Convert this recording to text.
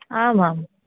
आमां